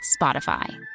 Spotify